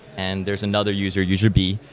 and there's another user, user b,